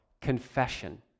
confession